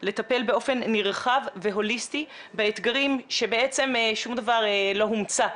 לטפל באופן נרחב והוליסטי באתגרים שבעצם שום דבר לא הומצא,